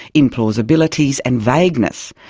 implausibilities and vagueness,